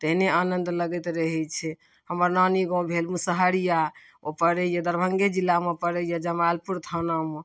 तेहने आनन्द लगैत रहै छै हमर नानी गाम भेल मुसहरिया ओ पड़ैए दरभङ्गे जिलामे पड़ैए जमालपुर थानामे